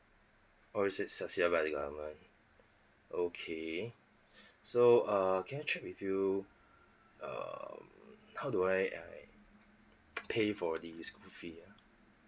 or is it subsidise by the government okay so err can I check with you um how do I I pay for the school fee ah